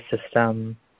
system